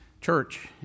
Church